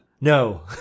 No